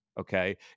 okay